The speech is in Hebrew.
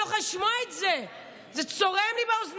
אני לא יכולה לשמוע את זה, זה צורם לי באוזניים.